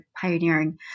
pioneering